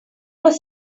was